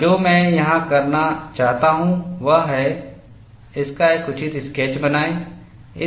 और जो मैं यहां करना चाहता हूं वह है इस का एक उचित स्केच बनाएं